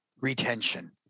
retention